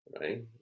right